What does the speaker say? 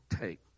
take